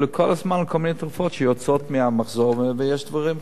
כל הזמן עם כל מיני תרופות שיוצאות מהמחזור ויש דברים חדשים.